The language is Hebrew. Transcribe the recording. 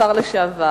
השר לשעבר,